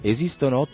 Esistono